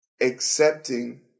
accepting